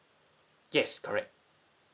yes correct